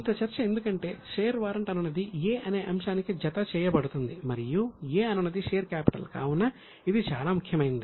ఇంత చర్చ ఎందుకంటే షేర్ వారెంట్ అనునది 'a' అనే అంశానికి జత చేయబడుతుంది మరియు 'a' అనునది షేర్ కాపిటల్ కావున ఇది చాలా ముఖ్యమైనది